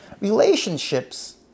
Relationships